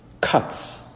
cuts